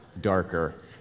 darker